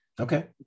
Okay